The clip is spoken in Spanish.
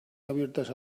abiertas